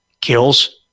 kills